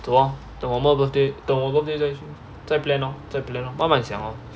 走哦等我们 birthday 等我们 birthday 再去再 plan lor 再 plan lor 慢慢想